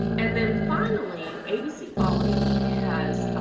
and then finally, abc quality has,